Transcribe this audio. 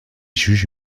juge